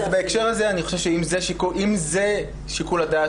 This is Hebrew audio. אז בהקשר הזה אני חושב שאם זה שיקול הדעת